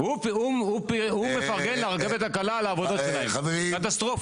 הוא מפרגן לרכבת הקלה, לעבודות שלהם קטסטרופה.